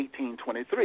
1823